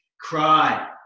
cry